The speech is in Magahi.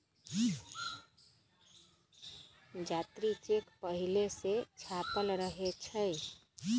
जात्री चेक पहिले से छापल रहै छइ